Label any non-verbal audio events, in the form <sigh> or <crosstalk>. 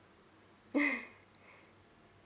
<laughs>